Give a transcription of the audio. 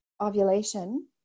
ovulation